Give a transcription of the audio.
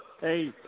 Hey